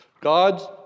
God's